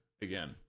again